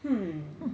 hmm